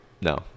no